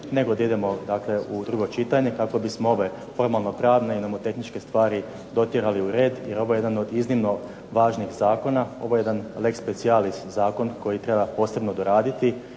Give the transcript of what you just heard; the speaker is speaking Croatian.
nego da idemo dakle u drugo čitanje kako bismo ove formalno pravne i nomotehničke stvari dotjerali u red, jer ovo je jedan od iznimno važnih zakona, ovo je leg specialis zakon koji treba posebno doraditi